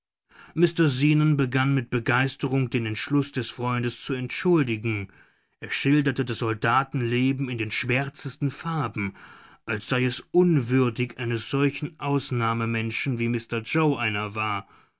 mr zenon begann mit begeisterung den entschluß des freundes zu entschuldigen er schilderte das soldatenleben in den schwärzesten farben als sei es unwürdig eines solchen ausnahmemenschen wie mr yoe einer war